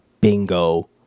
bingo